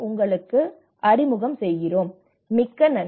R மிக்க நன்றி